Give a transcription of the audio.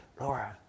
Laura